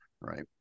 right